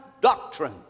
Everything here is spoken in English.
doctrine